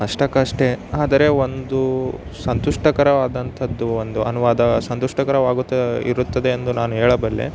ಅಷ್ಟಕ್ಕಷ್ಟೇ ಆದರೆ ಒಂದು ಸಂತುಷ್ಟಕರವಾದಂಥದ್ದು ಒಂದು ಅನುವಾದ ಸಂತುಷ್ಟಕರವಾಗುತ್ತಾ ಇರುತ್ತದೆ ಎಂದು ನಾನು ಹೇಳಬಲ್ಲೆ